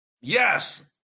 Yes